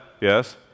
yes